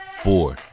four